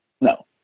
No